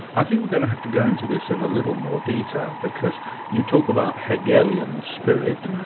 i think we're going to have to go into this in a little more detail, because you talk about hegelian spirit,